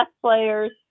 players